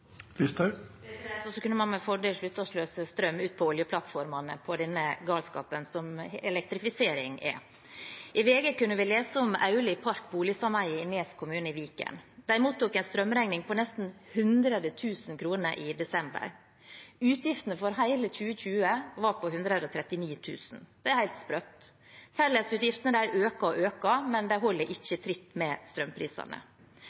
Man kunne også med fordel slutte å sløse strøm ute på oljeplattformene på denne galskapen som elektrifisering er. I VG kunne vi lese om Auli Park boligsameie i Nes kommune i Viken. De mottok en strømregning på nesten 100 000 kr i desember. Utgiftene for hele 2020 var på 139 000 kr. Det er helt sprøtt. Fellesutgiftene øker og øker, men de holder